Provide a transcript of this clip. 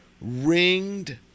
ringed